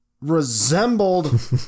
resembled